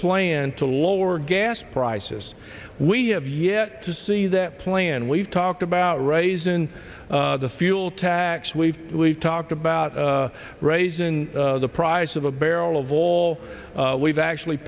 plan to lower gas prices we have yet to see that plan we've talked about raising the fuel tax we've we've talked about raising the price of a barrel of all we've actually